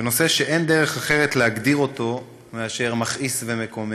בנושא שאין דרך אחרת להגדיר אותו מאשר מכעיס ומקומם.